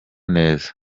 neza